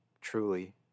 truly